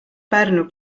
pärnu